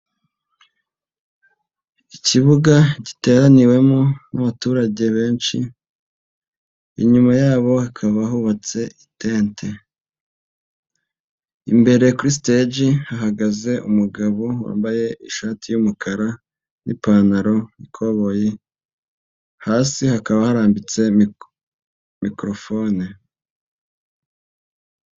Iki kibuga giteraniwemo n'abaturage benshi inyuma yabo hakaba hubatse itente, imbere kuri siteje hahagaze umugabo wambaye ishati y'umukara n'ipantaro y'ikoboyi, hasi hakaba harambitse mikorofone.